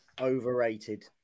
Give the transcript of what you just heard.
Overrated